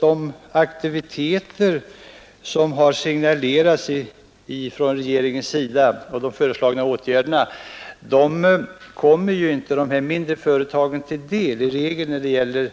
De aktiviteter som har signalerats från regeringens sida och de föreslagna åtgärderna kommer inte de mindre företagen till del. När det gäller